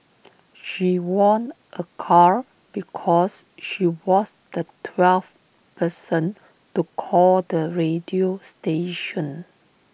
she won A car because she was the twelfth person to call the radio station